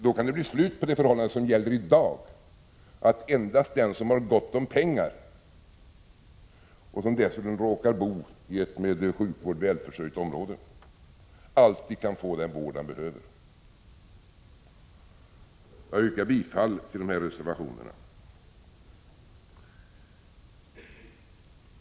Då kan det bli slut på det förhållande som gäller i dag, att endast den som har gott om pengar, och som dessutom råkar bo i ett med sjukvård välförsörjt område, alltid kan få den vård han behöver. Jag yrkar bifall till dessa reservationer.